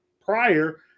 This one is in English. prior